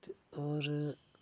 ते होर